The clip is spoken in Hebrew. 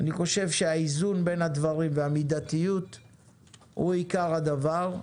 אני חושב שהאיזון בין הדברים והמידתיות הוא עיקר הדבר.